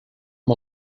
amb